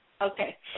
Okay